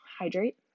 hydrate